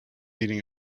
eating